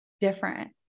different